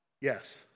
Yes